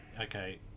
okay